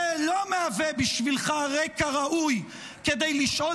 זה לא מהווה בשבילך רקע ראוי כדי לשאול